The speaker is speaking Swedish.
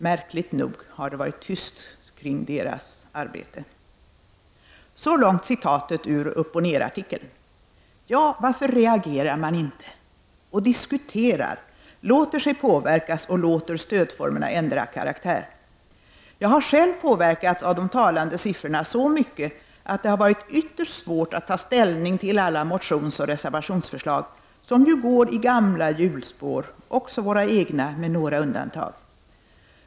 Märkligt nog har det varit tyst kring deras arbete.” Så långt citatet ur Upp och Ner-artikeln. Ja, varför reagerar man inte och diskuterar, låter sig påverkas och låter stödformerna ändra karaktär? Jag har själv påverkats av de talande siffrorna så mycket att det har varit ytterst svårt att ta ställning till alla motionsoch reservationsförslag, som ju går i gamla hjulspår, också våra egna med några undantag.